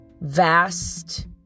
vast